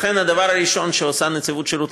לכן הדבר הראשון שעושה נציבות שירות